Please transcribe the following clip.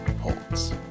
Holds